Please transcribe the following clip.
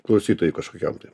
klausytojui kažkokiam tai